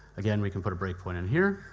again, we can put a break point in here.